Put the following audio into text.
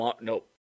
Nope